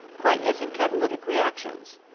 quite as in catalytic reactions.